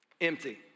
empty